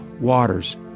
waters